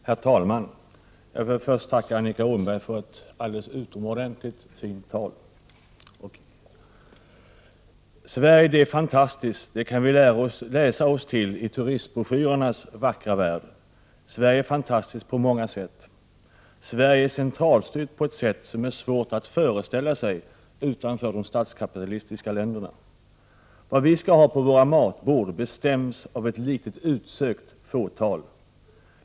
Herr talman! Jag vill först tacka Annika Åhnberg för ett utomordentligt fint tal. Sverige är fantastiskt — det kan vi läsa oss till i turistbroschyrernas vackra värld. Sverige är fantastiskt på många sätt. Sverige är centralstyrt på ett sätt som är svårt att föreställa sig utanför de statskapitalistiska länderna. Vad vi skall ha på våra matbord bestäms av ett litet utsökt fåtal.